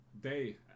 day